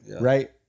right